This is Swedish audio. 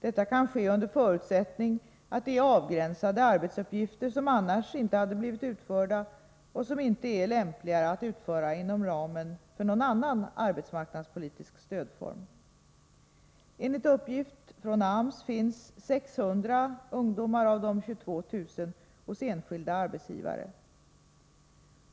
Detta kan ske under förutsättning att det är avgränsade arbetsuppgifter som annars inte hade blivit utförda och som inte är lämpligare att utföra inom ramen för någon annan arbetsmarknadspolitisk stödform. Enligt uppgift från AMS finns 600 ungdomar av de 22 000 hos enskilda arbetsgivare.